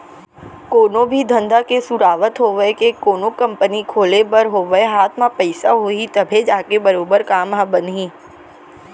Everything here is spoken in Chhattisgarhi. कोनो भी धंधा के सुरूवात होवय के कोनो कंपनी खोले बर होवय हाथ म पइसा होही तभे जाके बरोबर काम ह बनही